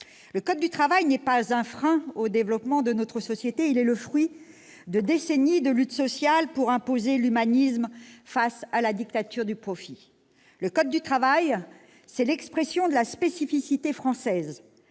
Le code du travail n'est pas un frein au développement de notre société ; il est le fruit de décennies de luttes sociales pour imposer l'humanisme face à la dictature du profit. Le code du travail, c'est l'expression de la spécificité française